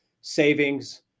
savings